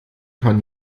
kann